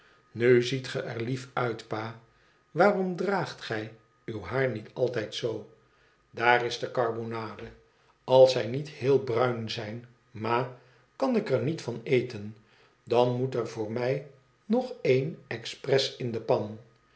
nu ziet ge er lief uit pa waarom draagt gij uw haar niet altijd zoo daar is de karbonade als zij niet heel bruin zijn ma kan ik er niet van eten dan moet er voor mij nog een expres in de pan